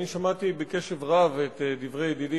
שמעתי בקשב רב את דברי ידידי,